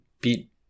beat